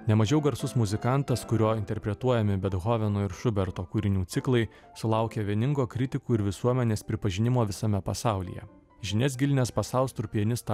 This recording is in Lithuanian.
ne mažiau garsus muzikantas kurio interpretuojami bethoveno ir šuberto kūrinių ciklai sulaukia vieningo kritikų ir visuomenės pripažinimo visame pasaulyje žinias gilinęs pas austrų pianistą